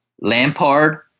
Lampard